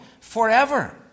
forever